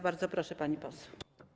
Bardzo proszę pani poseł.